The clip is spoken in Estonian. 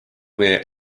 meie